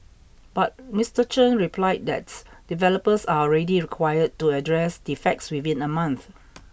but Mister Chen replied that developers are already required to address defects within a month